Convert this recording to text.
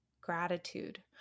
gratitude